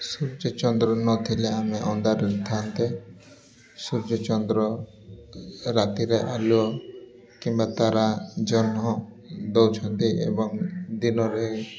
ସୂର୍ଯ୍ୟ ଚନ୍ଦ୍ର ନଥିଲେ ଆମେ ଅନ୍ଧାରରେ ଥାନ୍ତେ ସୂର୍ଯ୍ୟ ଚନ୍ଦ୍ର ରାତିରେ ଆଲୁଅ କିମ୍ବା ତାରା ଜହ୍ନ ଦେଉଛନ୍ତି ଏବଂ ଦିନରେ